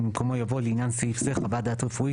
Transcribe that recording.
במקומו יבוא 'לעניין סעיף זה חוות דעת רפואית,